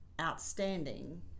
outstanding